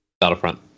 Battlefront